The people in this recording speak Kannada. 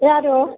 ಯಾರು